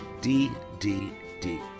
ddd